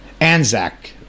ANZAC